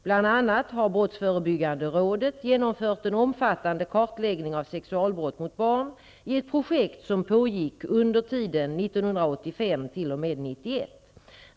Bl.a. har Brottsförebyggande rådet genomfört en omfattande kartläggning av sexualbrott mot barn i ett projekt som pågick under tiden 1985--1991.